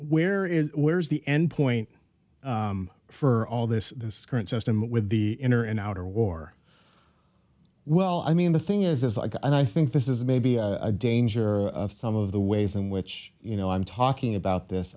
where is where is the end point for all this this current system with the inner and outer war well i mean the thing is like and i think this is maybe a danger of some of the ways in which you know i'm talking about this